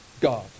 God